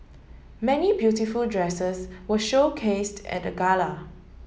many beautiful dresses were showcased at the gala